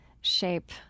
shape